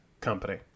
company